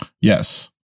Yes